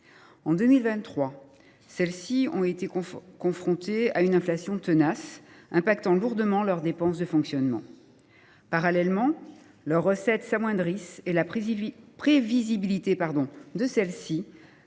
En 2023, celles ci ont été confrontées à une inflation tenace, affectant lourdement leurs dépenses de fonctionnement. Parallèlement, leurs recettes s’amoindrissent et la prévisibilité de ces